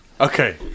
Okay